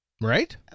right